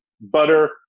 butter